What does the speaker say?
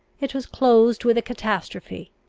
it was closed with a catastrophe,